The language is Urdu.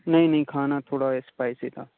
نہیں نہیں کھانا تھوڑا اسپائسی تھا